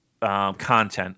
content